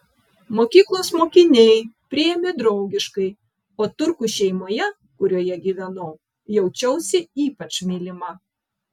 mokyklos mokiniai priėmė draugiškai o turkų šeimoje kurioje gyvenau jaučiausi ypač mylima